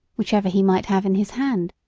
whichever he might have in his hand.